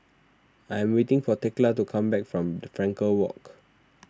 I am waiting for thekla to come back from Frankel Walk